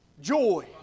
joy